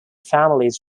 families